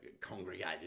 congregated